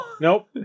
Nope